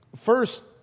First